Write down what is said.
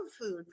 food